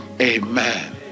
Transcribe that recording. amen